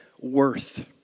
worth